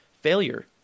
failure